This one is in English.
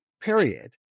period